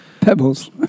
Pebbles